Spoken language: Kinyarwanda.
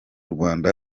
rwanda